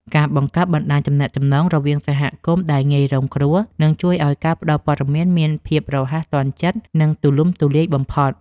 ការបង្កើតបណ្តាញទំនាក់ទំនងរវាងសហគមន៍ដែលងាយរងគ្រោះនឹងជួយឱ្យការផ្តល់ព័ត៌មានមានភាពរហ័សទាន់ចិត្ត និងទូលំទូលាយបំផុត។